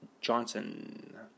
Johnson